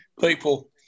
people